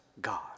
God